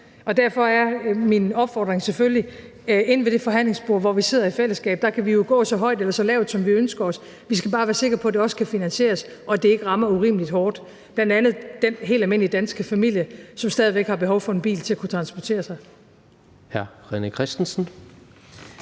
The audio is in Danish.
og derfor er min opfordring selvfølgelig inde ved det forhandlingsbord, hvor vi sidder i fællesskab – der kan vi jo gå så højt eller så lavt, som vi ønsker os – at vi skal være sikre på, at det også kan finansieres, og at det ikke rammer urimelig hårdt, bl.a. den helt almindelige danske familie, som stadig væk har behov for en bil til at kunne transportere sig. Kl. 22:55 Tredje